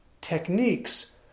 techniques